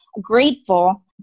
grateful